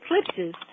eclipses